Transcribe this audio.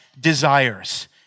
desires